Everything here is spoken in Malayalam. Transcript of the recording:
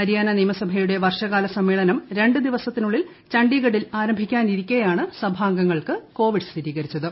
ഹരിയാന നിയമസഭയുടെ വർഷകാല സമ്മേളനം രണ്ട് ദിവസത്തിനുള്ളിൽ ഛണ്ഡിഗഡിൽ ആരംഭിക്കാനാരിക്കെയാണ് സഭാംഗങ്ങൾക്ക് കോവിഡ് സ്ഥിരീകരിച്ചത്